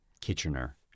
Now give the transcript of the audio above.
Kitchener